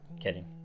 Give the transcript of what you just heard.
Kidding